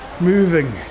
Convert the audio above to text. moving